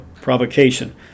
provocation